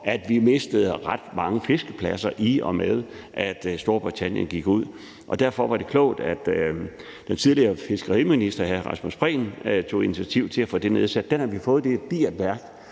at vi mistede ret mange fiskepladser, i og med at Storbritannien gik ud. Derfor var det klogt, at den tidligere fiskeriminister hr. Rasmus Prehn tog initiativ til at få den kommission nedsat. Vi har så fået dens anbefalinger,